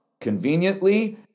Conveniently